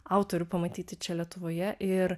autorių pamatyti čia lietuvoje ir